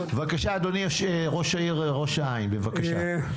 בבקשה, אדוני ראש העיר ראש העין, בבקשה.